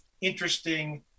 interesting